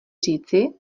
říci